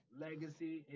legacy